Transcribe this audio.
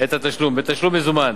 את התשלום בתשלום מזומן,